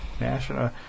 National